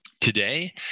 Today